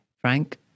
frank